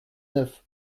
neuf